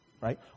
Right